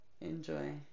Enjoy